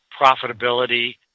profitability